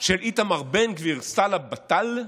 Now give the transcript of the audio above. של איתמר בן גביר, שר הבט"ל,